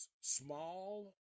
small